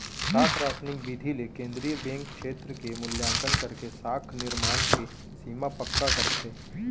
साख रासनिंग बिधि ले केंद्रीय बेंक छेत्र के मुल्याकंन करके साख निरमान के सीमा पक्का करथे